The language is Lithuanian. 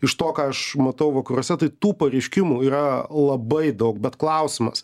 iš to ką aš matau vakaruose tai tų pareiškimų yra labai daug bet klausimas